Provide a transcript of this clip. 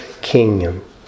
kingdom